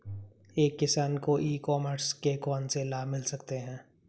एक किसान को ई कॉमर्स के कौनसे लाभ मिल सकते हैं?